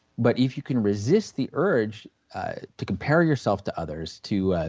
but if you can resist the urge to compare yourself to others, to